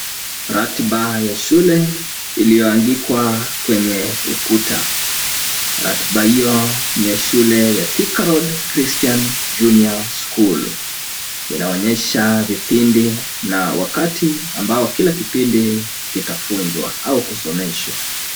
Ratiba ya shule, iliyoandikwa kwenye ukuta. Ratiba hiyo ya shule ya Thika Road Christian Junior School. Inaonyesha vipindi na wakati ambao kila kipindi kitafunzwa, au kusomeshwa.